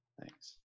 Thanks